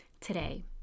today